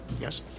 yes